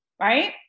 right